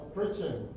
Preaching